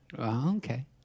Okay